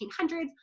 1800s